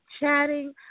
chatting